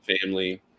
family